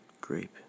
Grape